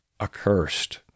accursed